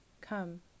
Come